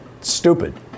stupid